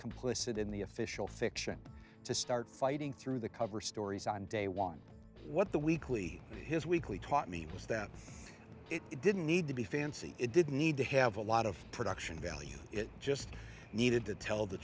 complicit in the official fiction to start fighting through the cover stories on day one what the weekly his weekly taught me was that it didn't need to be fancy it didn't need to have a lot of production values it just needed to tell the